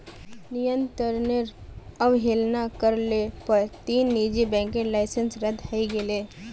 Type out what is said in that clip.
नियंत्रनेर अवहेलना कर ल पर तीन निजी बैंकेर लाइसेंस रद्द हई गेले